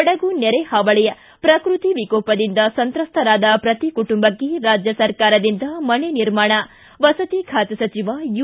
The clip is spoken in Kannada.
ಕೊಡಗು ನೆರೆಹಾವಳ ಪ್ರಕೃತಿ ವಿಕೋಪದಿಂದ ಸಂತ್ರಸ್ಥರಾದ ಪ್ರತಿ ಕುಟುಂಬಕ್ಕೆ ರಾಜ್ಯ ಸರ್ಕಾರದಿಂದ ಮನೆ ನಿರ್ಮಾಣ ವಸತಿ ಖಾತೆ ಸಚಿವ ಯು